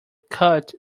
cut